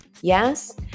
Yes